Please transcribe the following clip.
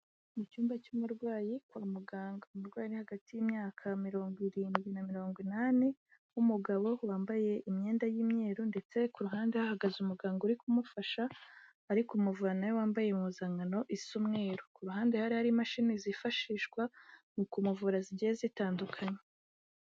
Mu cyumba cy'umurwayi kwa muganga, umurwayi uri hagati y'imyaka mirongo irindwi na mirongo inani w'umugabo wambaye imyenda y'imweru ndetse ku ruhande hahagaze umuganga uri kumufasha, ari kumuvura na we wambaye impuzankano isa umweru, ku ruhande hari hari imashini zifashishwa mu kumuvura zigiye zitandukanye.